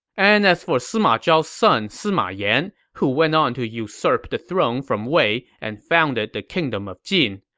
and as for sima zhao's son, sima yan, who went on to usurp the throne from wei and founded the kingdom of jin,